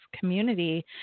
community